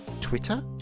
Twitter